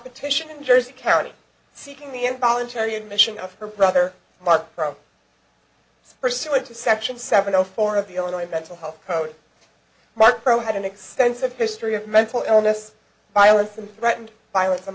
competition in jersey county seeking the involuntary admission of her brother mark from pursuant to section seven zero four of the illinois mental health code mark pro had an extensive history of mental illness violence and threatened violence